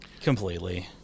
completely